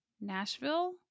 Nashville